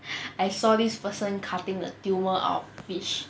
I saw this person cutting the tumour out of fish